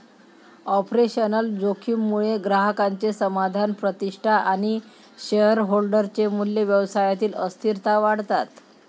operational जोखीम मुळे ग्राहकांचे समाधान, प्रतिष्ठा आणि शेअरहोल्डर चे मूल्य, व्यवसायातील अस्थिरता वाढतात